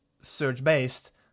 search-based